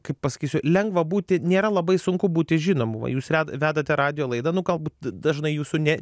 kaip pasakysiu lengva būti nėra labai sunku būti žinomu va jūs vedate radijo laidą nu galbūt dažnai jūsų ne